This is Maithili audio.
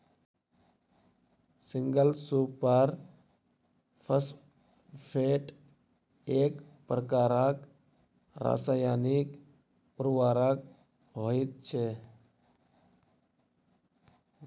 सिंगल सुपर फौसफेट एक प्रकारक रासायनिक उर्वरक होइत छै